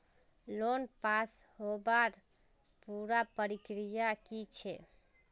Loan पास होबार पुरा प्रक्रिया की छे?